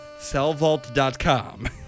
cellvault.com